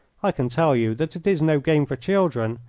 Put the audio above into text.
i can tell you that it is no game for children,